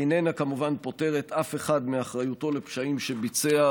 היא איננה פוטרת כמובן אף אחד מאחריותו לפשעים שביצע,